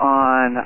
on